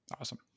awesome